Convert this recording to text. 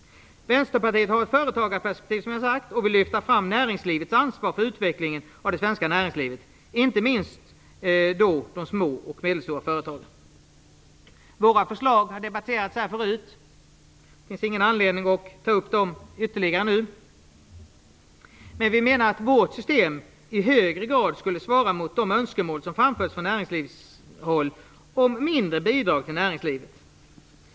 Vänsterpartiet har ett företagarperspektiv och vill lyfta fram näringslivets ansvar för utvecklingen av det svenska näringslivet, inte minst de små och medelstora företagen. Våra förslag har debatterats här förut, och det finns ingen anledning att ta upp dem ytterligare nu. Vi menar att vårt system i högre grad skulle svara mot de önskemål som framförts från näringslivshåll om mindre bidrag till näringslivet.